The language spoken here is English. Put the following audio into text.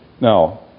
Now